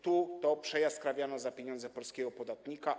Tu to przejaskrawiano za pieniądze polskiego podatnika.